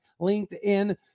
LinkedIn